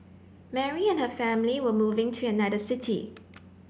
Mary and her family were moving to another city